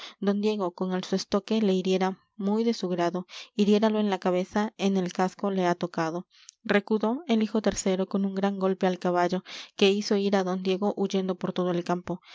don diego con el su estoque le hiriera muy de su grado hiriéralo en la cabeza en el casco le ha tocado recudó el hijo tercero con un gran golpe al caballo que hizo ir á don diego huyendo por todo el campo